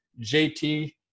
JT